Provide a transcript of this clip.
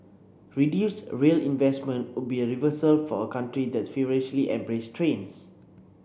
reduced rail investment would be a reversal for a country that's feverishly embraced trains